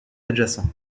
adjacent